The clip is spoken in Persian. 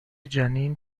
جنین